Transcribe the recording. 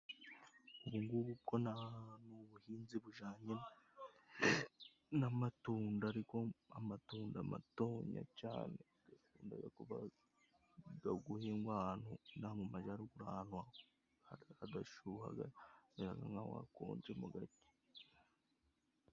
Ubungubu ko nta hantu ubuhinzi bujanye n'amatunda, ariko amatunda matonya cane yakundaga kubaga, guhingwa ahantu mu majaruguru, ahantu hadashyuhaga, ahantu hakonjemo gake.